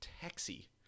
taxi